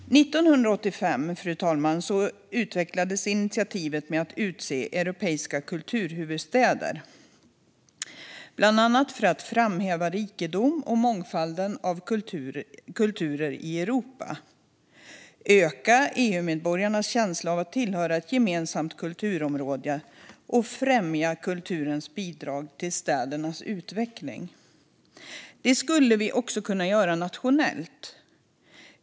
Fru talman! År 1985 utvecklades initiativet med att utse europeiska kulturhuvudstäder, bland annat för att framhäva rikedomen och mångfalden av kulturer i Europa, öka EU-medborgarnas känsla av att tillhöra ett gemensamt kulturområde och främja kulturens bidrag till städernas utveckling. Detta skulle vi också kunna göra nationellt.